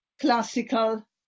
classical